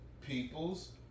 people's